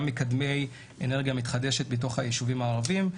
מקדמי אנרגיה מתחדשת בתוך הישובים הערביים.